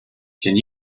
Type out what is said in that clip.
can